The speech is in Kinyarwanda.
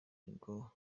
nirwo